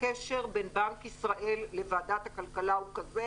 הקשר בין בנק ישראל לוועדת הכלכלה הוא כזה